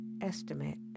estimate